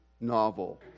novel